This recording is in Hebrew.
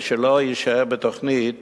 ושזה לא יישאר בתוכנית